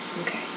Okay